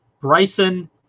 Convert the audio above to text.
Bryson